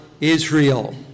Israel